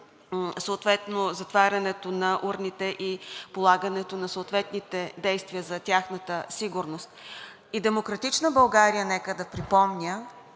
заснето затварянето на урните и полагането на съответните действия за тяхната сигурност. „Демократична България“, нека да припомня,